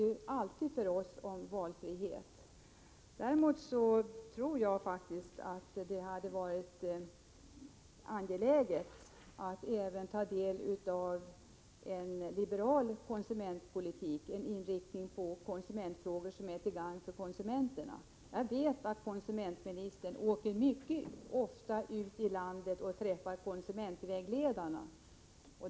Det handlar för oss alltid om valfrihet. Däremot tror jag att det hade varit angeläget för honom att även ta del av en liberal konsumentpolitik, en inriktning på konsumentfrågor som är till gagn för konsumenterna. Jag vet att konsumentministern mycket ofta åker ut i landet och träffar konsumentvägledare.